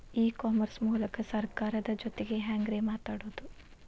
E commerce ಮೂಲಕ ಸರ್ಕಾರದ ಜೊತಿಗೆ ಹ್ಯಾಂಗ್ ರೇ ಮಾತಾಡೋದು?